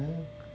yeah